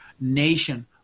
nation